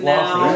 now